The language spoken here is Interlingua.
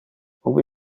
ubi